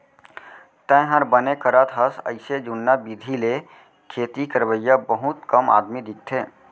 तैंहर बने करत हस अइसे जुन्ना बिधि ले खेती करवइया बहुत कम आदमी दिखथें